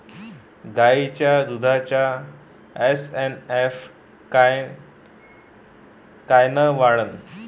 गायीच्या दुधाचा एस.एन.एफ कायनं वाढन?